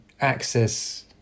access